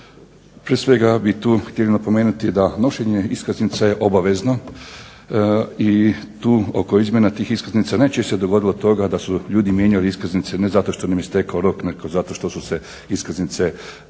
Prije svega bi tu htjeli napomenuti da nošenje iskaznice je obavezno i tu oko izmjena tih iskaznica najčešće se dogodilo to da su ljudi mijenjali iskaznice ne zato što im je istekao rok nego zato što su se iskaznice i uništile.